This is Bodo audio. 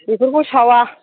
बेफोरखौ सावा